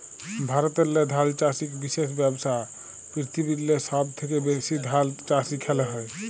ভারতেল্লে ধাল চাষ ইক বিশেষ ব্যবসা, পিরথিবিরলে সহব থ্যাকে ব্যাশি ধাল চাষ ইখালে হয়